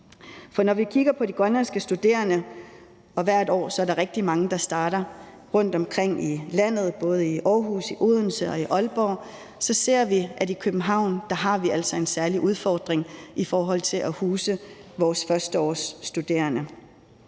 For når vi kigger på de grønlandske studerende – og der er hvert år rigtig mange, der starter rundtomkring i landet, både i Aarhus, Odense og Aalborg – ser vi, at vi altså har en særlig udfordring i København i forhold til at huse vores førsteårsstuderende.